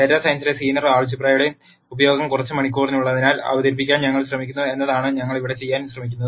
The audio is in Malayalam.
ഡാറ്റാ സയൻസിൽ ലീനിയർ ആൾജിബ്രയുടെ ഉപയോഗം കുറച്ച് മണിക്കൂറിനുള്ളിൽ അവതരിപ്പിക്കാൻ ഞങ്ങൾ ശ്രമിക്കുന്നു എന്നതാണ് ഞങ്ങൾ ഇവിടെ ചെയ്യാൻ ശ്രമിക്കുന്നത്